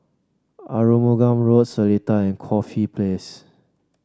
Arumugam Road Seletar and Corfe Place